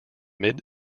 mid